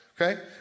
Okay